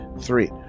three